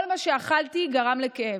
כל מה שאכלתי גרם לכאב.